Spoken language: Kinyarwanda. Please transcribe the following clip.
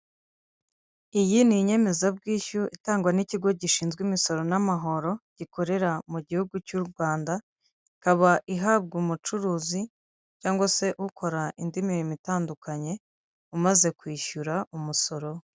Iyi ni inyemezabwishyu itangwa n'ikigo gishinzwe imisoro n'amahoro, gikorera mu gihugu cy'u Rwanda ikaba ihabwa umucuruzi cyangwa se ukora indi mirimo itandukanye umaze kwishyura umusoro.